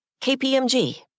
KPMG